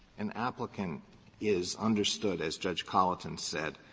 an applicant is understood, as judge colloton said,